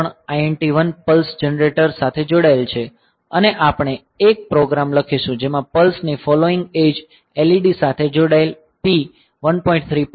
3 INT 1 pulse generator સાથે જોડાયેલ છે અને આપણે એક પ્રોગ્રામ લખીશું જેમાં પલ્સની ફોલોઇંગ એડ્જ LED સાથે જોડાયેલ P 1